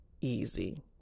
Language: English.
easy